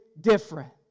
different